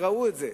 וראו את זה.